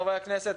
חברי הכנסת,